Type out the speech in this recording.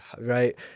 Right